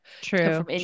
True